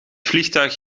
vliegtuig